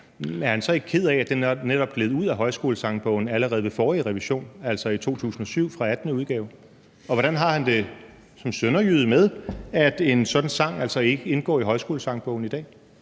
om han så ikke er ked af, at den netop gled ud af Højskolesangbogen allerede ved forrige revision, altså i 2007, fra 18. udgave. Og hvordan har han det som sønderjyde med, at en sådan sang altså ikke indgår i Højskolesangbogen i dag?